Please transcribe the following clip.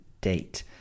date